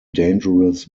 dangerous